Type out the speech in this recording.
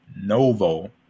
Novo